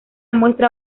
muestra